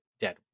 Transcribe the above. dead